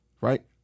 Right